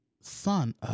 son